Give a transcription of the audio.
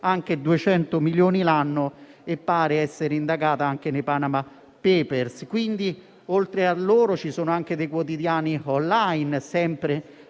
anche 200 milioni l'anno e pare essere indagato anche nei *Panama* *paper*. Oltre a loro, ci sono anche dei quotidiani *on line* sempre